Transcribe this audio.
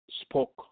spoke